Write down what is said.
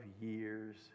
years